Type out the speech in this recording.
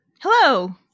Hello